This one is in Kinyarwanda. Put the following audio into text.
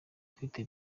ufite